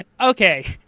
Okay